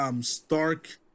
Stark